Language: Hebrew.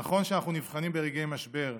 נכון שאנחנו נבחנים ברגעי משבר,